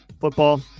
football